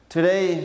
Today